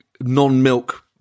non-milk